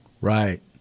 Right